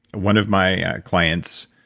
one of my clients,